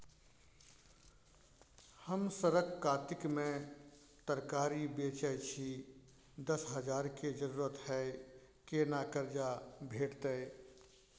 हम सरक कातिक में तरकारी बेचै छी, दस हजार के जरूरत हय केना कर्जा भेटतै?